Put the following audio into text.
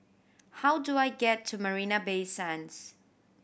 how do I get to Marina Bay Sands